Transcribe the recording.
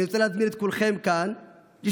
אני רוצה להזמין את כולכם כאן להשתתף,